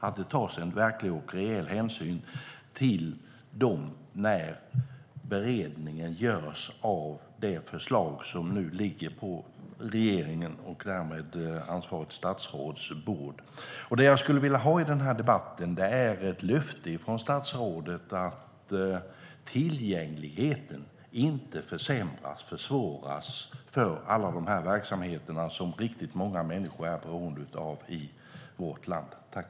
Det bör tas en verklig och reell hänsyn till dem när beredningen görs av det förslag som nu ligger på regeringens och därmed ansvarigt statsråds bord. Det jag skulle vilja ha i debatten är ett löfte från statsrådet att tillgängligheten inte försämras eller försvåras för dessa verksamheter, som riktigt många människor i vårt land är beroende av.